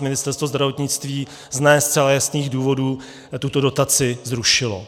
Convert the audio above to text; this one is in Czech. Ministerstvo zdravotnictví z ne zcela jasných důvodů tuto dotaci zrušilo.